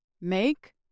make